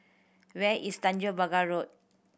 where is Tanjong Pagar Road